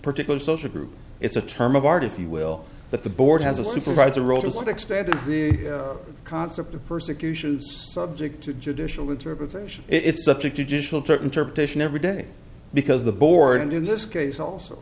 particular social group it's a term of art if you will but the board has a supervisory role is what extended the concept of persecution subject to judicial interpretation it's subject to judicial to interpretation every day because the board and in this case also